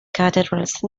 cathedrals